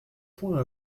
point